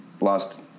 lost